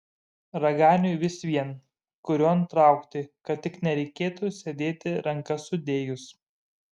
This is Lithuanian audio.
raganiui vis vien kurion traukti kad tik nereikėtų sėdėti rankas sudėjus